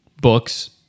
books